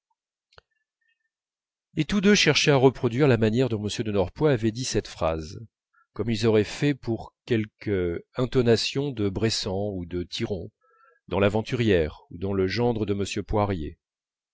et tous deux cherchaient à reproduire la manière dont m de norpois avait dit cette phrase comme ils auraient fait pour quelque intonation de bressant ou de thiron dans l'aventurière ou dans le gendre de m poirier